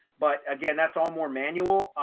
but again, that's all more manual.